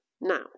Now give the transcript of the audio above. now